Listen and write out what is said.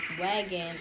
wagon